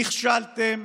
נכשלתם,